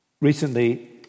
Recently